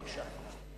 בבקשה.